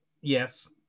yes